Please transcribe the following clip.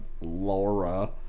Laura